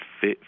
fit